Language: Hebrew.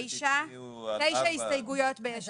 תשע הסתייגויות ביש עתיד.